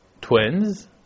twins